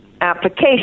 application